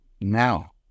now